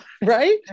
Right